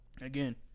Again